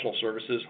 services